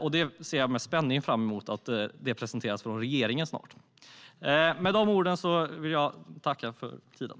Jag ser med spänning fram emot att det snart presenteras av regeringen.